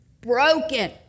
Broken